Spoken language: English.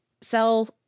sell